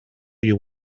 you